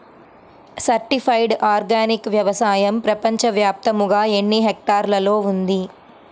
Certified organic వ్యవసాయం ప్రపంచ వ్యాప్తముగా ఎన్నిహెక్టర్లలో ఉంది?